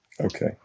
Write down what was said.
Okay